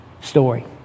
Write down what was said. story